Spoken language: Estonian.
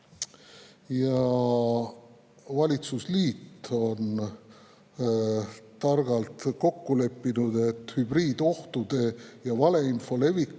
Valitsusliit on targalt kokku leppinud, et hübriidohtude ja valeinfo levikule